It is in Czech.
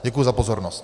Děkuji za pozornost.